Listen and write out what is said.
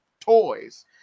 toys